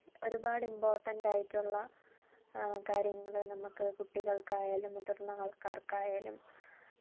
ഒരുപാട് ഇമ്പോർട്ടെൻറ്റായിട്ടുള്ള കാര്യങ്ങൾ നമുക്ക് കുട്ടികൾക്കായാലും മുതിർന്ന ആൾക്കാർക്കായാലും